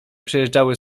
przejeżdżały